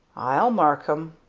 i'll mark em!